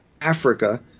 africa